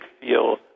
feel